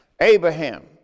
Abraham